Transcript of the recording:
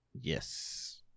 Yes